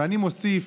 ואני מוסיף: